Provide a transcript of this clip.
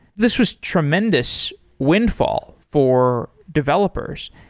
this was tremendous windfall for developers.